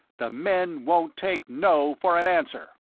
the men won't take no for an answer.